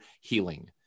healing